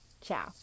Ciao